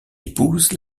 épouse